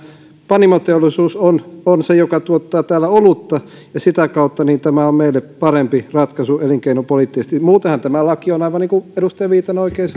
panimoteollisuus on on se joka tuottaa täällä olutta ja sitä kautta tämä on meille parempi ratkaisu elinkeinopoliittisesti muutenhan tämä laki on aivan niin kuin edustaja viitanen oikein